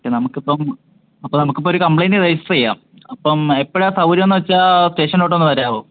ക്കെ നമുക്ക് ഇപ്പം അപ്പം നമുക്ക് ഇപ്പം ഒരു കംപ്ലയിൻറ്റ് രജിസ്റ്റർ ചെയ്യാം അപ്പം എപ്പഴാ സൗകര്യം എന്ന് വച്ചാൽ സ്റ്റേഷനിലോട്ട് ഒന്ന് വരാമോ